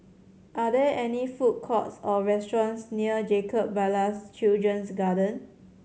are there any food courts or restaurants near Jacob Ballas Children's Garden